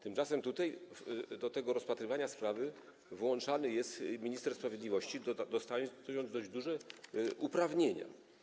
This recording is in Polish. Tymczasem tutaj do rozpatrywania sprawy włączany jest minister sprawiedliwości, który dostaje dość duże uprawnienia.